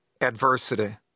Adversity